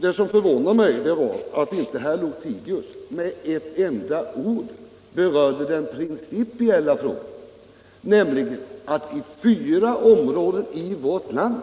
Det som förvånade mig var att herr Lothigius inte med ett enda ord berörde den principiella frågan, nämligen att det i fyra områden i vårt land